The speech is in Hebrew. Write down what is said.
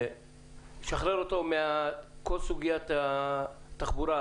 לשחרר אותו מכל סוגיית התחבורה,